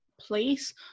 place